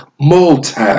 multi